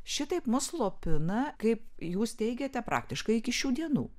šitaip mus slopina kaip jūs teigiate praktiškai iki šių dienų